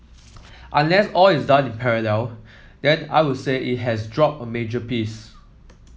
unless all is done in parallel then I will say it has dropped a major piece